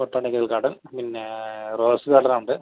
botanical garden പിന്നെ rose garden ഉണ്ട്